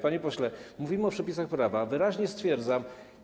Panie pośle, mówimy o przepisach prawa, wyraźnie stwierdzam.